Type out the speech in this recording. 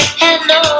hello